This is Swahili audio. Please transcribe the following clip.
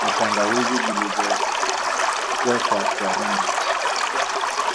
na tangawizi zilizowekwa kwa rundo.